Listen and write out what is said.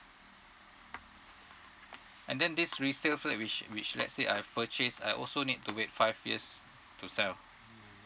and then this resale flat which which let's say I've purchase I also need to wait five years to sell